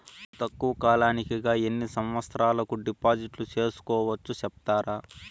తక్కువ కాలానికి గా ఎన్ని సంవత్సరాల కు డిపాజిట్లు సేసుకోవచ్చు సెప్తారా